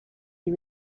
you